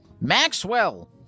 Maxwell